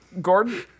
Gordon